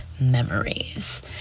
memories